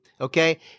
Okay